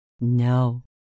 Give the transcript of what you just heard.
No